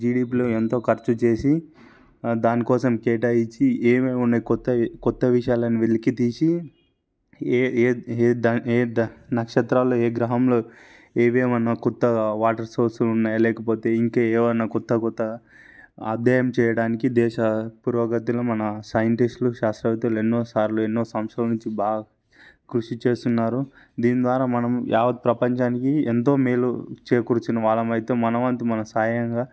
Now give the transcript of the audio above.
జిడిపిలో ఎంతో ఖర్చు చేసి దానికోసం కేటాయించి ఏమేమి ఉన్నాయి కొత్తవి కొత్త విషయాలను వెలికి తీసి ఏ ఏ నక్షత్రాల్లో ఏ గ్రహంలో ఏవేమన్నా కొత్త వాటర్ సోర్సులు ఉన్నాయా లేకపోతే ఇంకా ఏమైనా కొత్త కొత్త అధ్యాయం చేయడానికి దేశ పురోగతిలో మన సైంటిస్టులు శాస్త్రవేత్తలు ఎన్నోసార్లు ఎన్నో సంవత్సరాల నుంచి బాగా కృషి చేస్తున్నారు దీని ద్వారా మనం యావత్ ప్రపంచానికి ఎంతో మేలు చేకూర్చిన వాళ్ళం అవుతాం మన వంతు మన సాయంగా